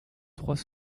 trois